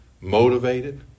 motivated